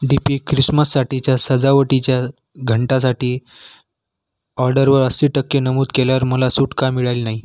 DP क्रिसमसाठीच्या सजावटीच्या घंटासाठी ऑर्डरवर अस्सी टक्के नमूद केल्यावर मला सूट का मिळाली नाही